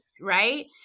Right